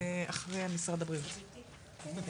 תציג בעצם את הפעילות שלהם ברשות המקומית